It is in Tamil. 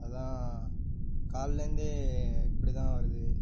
அதுதான் காலைலேந்தே இப்படி தான் வருது